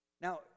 Now